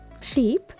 sheep